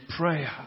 prayer